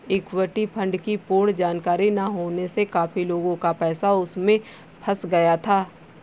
equity fund की पूर्ण जानकारी ना होने से काफी लोगों का पैसा उसमें फंस गया था